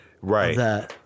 Right